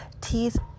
Teeth